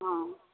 हँ